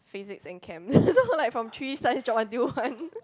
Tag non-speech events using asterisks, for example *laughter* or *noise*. physics and chem *laughs* so like from three science drop until one